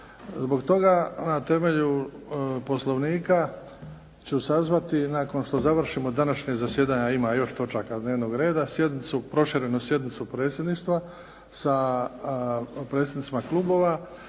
Zbog toga na temelju Poslovnika ću sazvati nakon što završimo današnje zasjedanje, a ima još točaka dnevnog reda sjednicu, proširenu sjednicu predsjedništva sa predsjednicima klubova